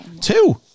two